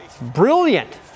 Brilliant